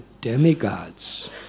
demigods